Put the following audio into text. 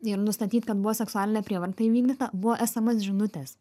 ir nustatyt kad buvo seksualinė prievarta įvykdyta buvo sms žinutės